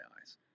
eyes